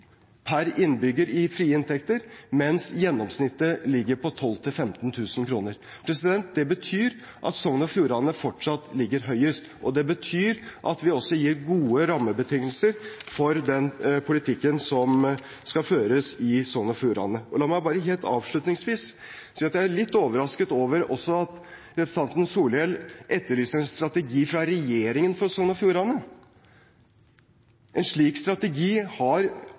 per innbygger i frie inntekter, mens gjennomsnittet ligger på 12 000–15 000 kr. Det betyr at Sogn og Fjordane fortsatt ligger høyest, og det betyr at vi også gir gode rammebetingelser for den politikken som skal føres i Sogn og Fjordane. La meg helt avslutningsvis si at jeg også er litt overrasket over at representanten Solhjell etterlyser en strategi fra regjeringen for Sogn og Fjordane. En slik strategi har